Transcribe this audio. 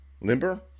limber